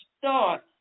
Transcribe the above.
start